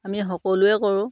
আমি সকলোৱে কৰোঁ